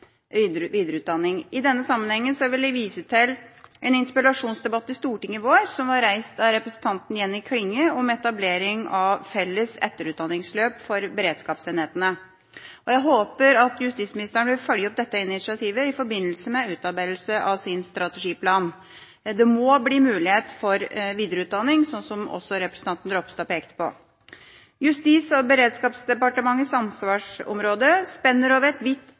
videreutdanning. I denne sammenhengen vil jeg vise til en interpellasjonsdebatt i Stortinget i vår, reist av representanten Jenny Klinge, om etablering av felles etterutdanningsløp for beredskapsenhetene. Jeg håper justisministeren vil følge opp dette initiativet i forbindelse med utarbeidelsen av sin strategiplan. Det må bli mulighet for videreutdanning, slik også representanten Ropstad pekte på. Justis- og beredskapsdepartementets ansvarsområde spenner over et vidt